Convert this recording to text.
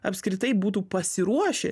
apskritai būtų pasiruošę